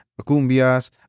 cumbias